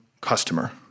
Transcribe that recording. customer